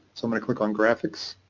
so i click on graphics